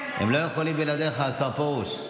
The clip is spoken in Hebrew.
הם לא יכולים בלעדיך, השר פרוש.